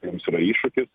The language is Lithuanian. jums yra iššūkis